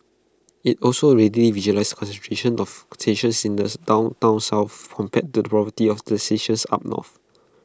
IT also readily visualises the concentration of stations in the downtown south compared to the poverty of the stations up north